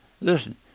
Listen